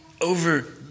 over